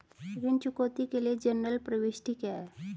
ऋण चुकौती के लिए जनरल प्रविष्टि क्या है?